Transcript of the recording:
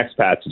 expats